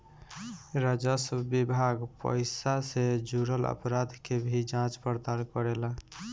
राजस्व विभाग पइसा से जुरल अपराध के भी जांच पड़ताल करेला